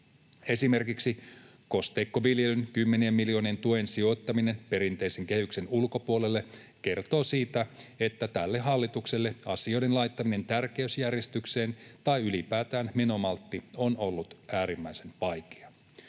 Esimerkiksi kosteikkoviljelyn kymmenien miljoonien tuen sijoittaminen perinteisen kehyksen ulkopuolelle kertoo siitä, että tälle hallitukselle asioiden laittaminen tärkeysjärjestykseen tai ylipäätään menomaltti on ollut äärimmäisen vaikea.